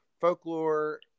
folklore